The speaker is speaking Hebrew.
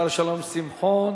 השר שלום שמחון.